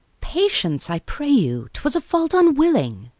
patience, i pray you twas a fault unwilling.